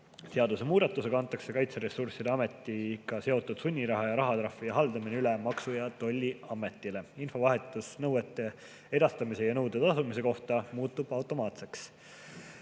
Seadusemuudatusega antakse Kaitseressursside Ametiga seotud sunniraha ja rahatrahvide haldamine üle Maksu- ja Tolliametile. Infovahetus nõuete edastamise ja tasumise kohta muutub automaatseks.